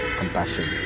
compassion